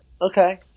Okay